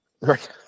Right